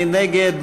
מי נגד?